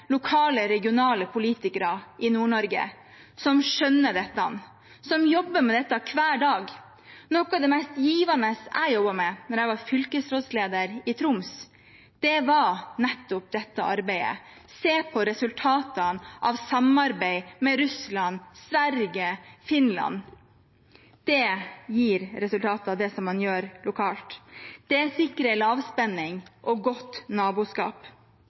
lokale og regionale politikere i Nord-Norge som skjønner dette, som jobber med dette hver dag. Noe av det mest givende jeg jobbet med da jeg var fylkesrådsleder i Troms, var nettopp dette arbeidet. Se på resultatene av samarbeid med Russland, Sverige og Finland – det man gjør lokalt, gir resultater. Det sikrer lavspenning og godt naboskap.